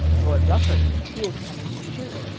lord rufford. he is coming to shoot.